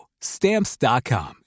Stamps.com